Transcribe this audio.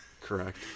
Correct